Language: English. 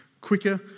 quicker